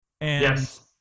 Yes